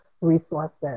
resources